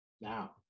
Now